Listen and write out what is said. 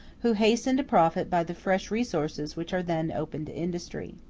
who hasten to profit by the fresh resources which are then opened to industry.